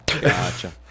Gotcha